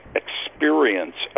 experience